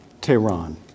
Tehran